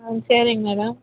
ஆ சரிங்க மேடம்